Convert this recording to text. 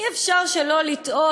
אי-אפשר שלא לתהות,